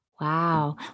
Wow